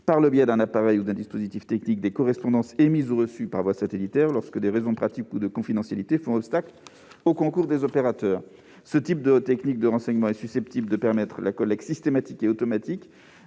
par le biais d'un appareil ou d'un dispositif technique, des correspondances émises ou reçues par voie satellitaire, lorsque des raisons pratiques ou de confidentialité font obstacle au concours des opérateurs. Ce type de technique de renseignement est susceptible de permettre la collecte systématique et automatique